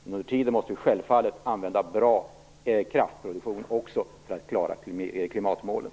Men under tiden måste vi självfallet använda bra kraftproduktion för att klara att nå klimatmålet.